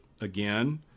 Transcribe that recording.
again